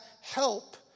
help